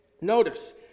notice